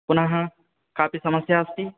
पुनः कापि समस्या अस्ति